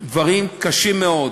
דברים קשים מאוד,